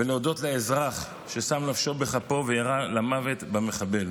ולהודות לאזרח ששם נפשו בכפו וירה למוות במחבל.